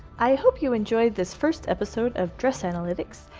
i hope you enjoyed this first episode of dress analytics,